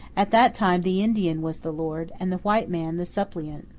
at that time the indian was the lord, and the white man the suppliant.